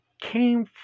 came